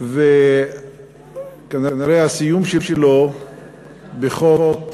וכנראה הסיום שלו בחוק